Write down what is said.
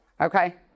okay